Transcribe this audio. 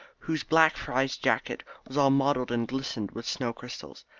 whose black frieze jacket was all mottled and glistening with snow crystals.